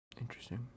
Interesting